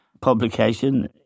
publication